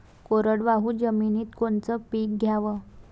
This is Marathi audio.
कोरडवाहू जमिनीत कोनचं पीक घ्याव?